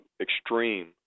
extreme